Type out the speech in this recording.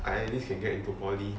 I at least can get into poly